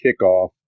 kickoff